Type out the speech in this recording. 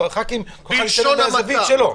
-- והח"כים, כל אחד מהזווית שלו.